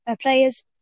players